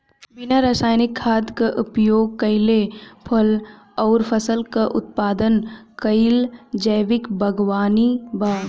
बिना रासायनिक खाद क उपयोग कइले फल अउर फसल क उत्पादन कइल जैविक बागवानी बा